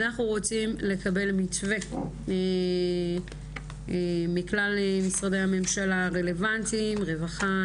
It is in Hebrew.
אנחנו רוצים לקבל מתווה מכלל משרדי הממשלה הרלוונטיים רווחה,